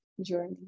journey